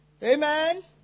Amen